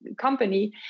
company